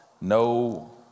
no